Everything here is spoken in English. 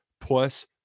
plus